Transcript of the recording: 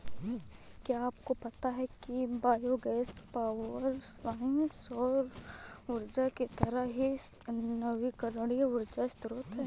क्या आपको पता है कि बायोगैस पावरप्वाइंट सौर ऊर्जा की तरह ही नवीकरणीय ऊर्जा स्रोत है